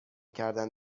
کردن